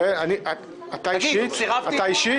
אתה אישית?